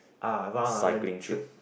ah a round island trip